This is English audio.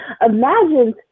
imagine